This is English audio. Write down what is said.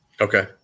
Okay